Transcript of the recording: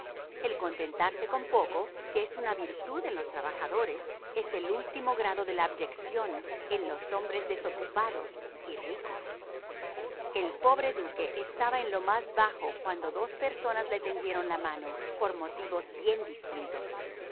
el contentarse con poco que es una virtud en los trabajadores es el último grado de la abyección en los hombres desocupados y ricos el pobre duque estaba en lo más bajo cuando dos personas le tendieron la mano por motivos bien distintos